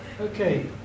Okay